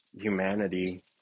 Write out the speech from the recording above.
humanity